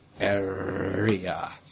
area